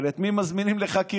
אבל את מי מזמינים לחקירה?